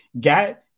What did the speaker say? got